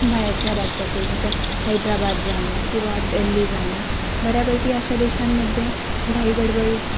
बाहेरच्या राज्यातील जसं हैद्राबाद झालं किंवा दिल्ली झालं बऱ्यापैकी अशा देशांमध्ये घाईगडबड